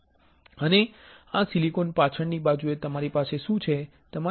અને આ સિલિકોનની પાછળની બાજુએ તમારી પાસે શું છે